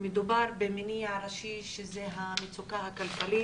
מדובר במניע הראשי שזה המצוקה הכלכלית